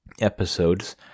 episodes